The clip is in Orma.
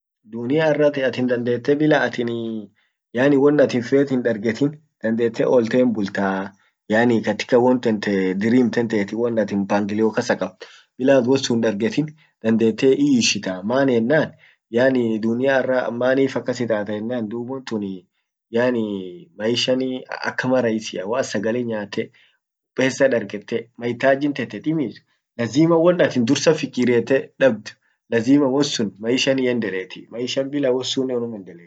dunia arra atin dandete bila atin won atin fet hindargetin, dandete olte himbulta yaani katika won tente dream tenteti won atin mpangilio kasa kabd, bila at wonsun hindargetin dandete hiishita, yaani dunia arra manif akas itata enan dub wontun yaani maisha akama rahisia waat nyate, pesa dargete, mahitajin tente timit lazima won atin dursa fikiriete dabd lazima wonsun maishan hiendeletii, maishan bila wonsunnen unum endeleti.